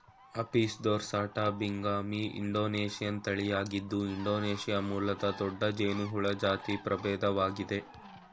Apis ದೊರ್ಸಾಟಾ ಬಿಂಗಮಿ Indonesian ತಳಿಯಾಗಿದ್ದು ಇಂಡೊನೇಶಿಯಾ ಮೂಲದ ದೊಡ್ಡ ಜೇನುಹುಳ ಜಾತಿ ಪ್ರಭೇದವಾಗಯ್ತೆ